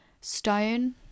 stone